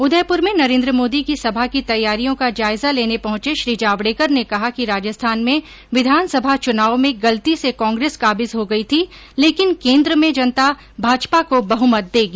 उदयपूर में नरेन्द्र मोदी की सभा की तैयारियों का जायजा लेने पहंचे श्री जावड़ेकर ने कहा कि राजस्थान में विधानसभा चुनाव में गलती से कांग्रेस काबिज हो गई थी ॅलेकिन केन्द्र में जनता भाजपा को बहमत देगी